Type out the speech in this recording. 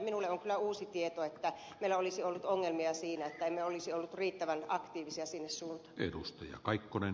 minulle on kyllä uusi tieto että meillä olisi ollut ongelmia siinä että emme olisi olleet riittävän aktiivisia sinne suuntaan